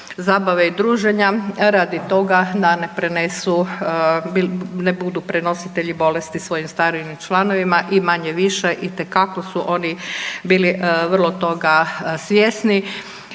i druženja radi toga da ne prenesu, ne budu prenositelji bolesti svojim starijim članovima i manje-više itekako su on bili vrlo toga svjesni